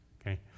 Okay